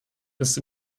ist